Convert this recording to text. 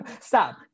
stop